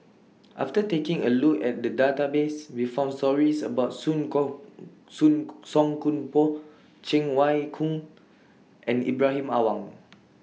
after taking A Look At The Database We found stories about Song Koon Soon Song Koon Poh Cheng Wai Keung and Ibrahim Awang